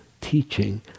teaching